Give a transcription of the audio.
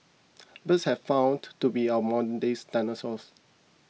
birds have found to be our modern days dinosaurs